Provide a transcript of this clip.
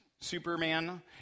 Superman